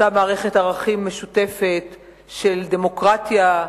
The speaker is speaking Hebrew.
אותה מערכת ערכים משותפת של דמוקרטיה,